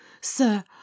Sir